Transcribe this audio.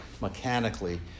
mechanically